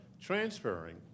transferring